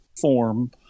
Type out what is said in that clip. form